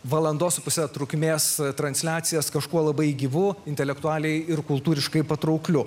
valandos su puse trukmės transliacijas kažkuo labai gyvu intelektualiai ir kultūriškai patraukliu